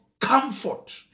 comfort